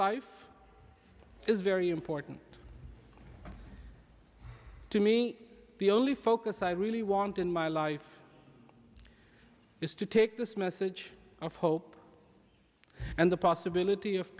life is very important to me the only focus i really want in my life is to take this message of hope and the possibility of